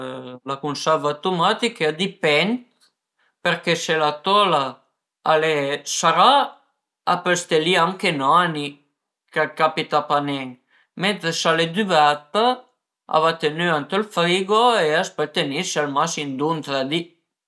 Alura la cunserva dë tumatiche a dipend përché së la tola al e sarà a pöl ste li anche ün ani ch'a capia pa nen, mentre së al e düverta a va tenüa ënt ël frigo e a s'pöl tenisi al masim düi u tre di